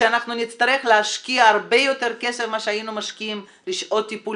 שאנחנו נצטרך להשקיע הרבה יותר כסף ממה שהיינו משקיעים בשעות טיפול